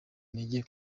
intege